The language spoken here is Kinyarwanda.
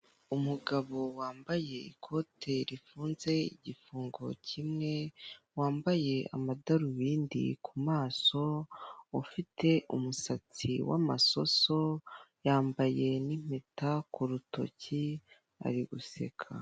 Umugabo wambaye ikote rifunze igifungo kimwe, wambaye amadarubindi ku maso, ufite umusatsi w'amasoso yambaye n'impeta ku rutoki ari guseka.